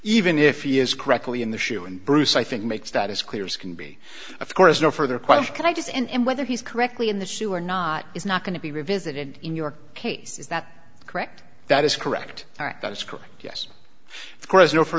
even if he is correctly in the shoe and bruce i think makes that as clear as can be of course no further question can i just and whether he's correctly in the shoe or not is not going to be revisited in your case is that correct that is correct that is correct yes of course